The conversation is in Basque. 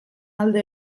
alde